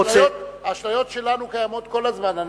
האשליות שלנו קיימות כל הזמן.